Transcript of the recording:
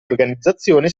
organizzazione